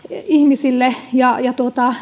ihmisille ja ja